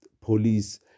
police